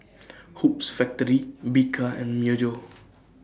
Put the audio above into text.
Hoops Factory Bika and Myojo